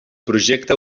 projecte